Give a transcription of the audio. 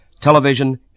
television